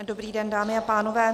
Dobrý den, dámy a pánové.